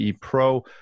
Pro